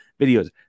videos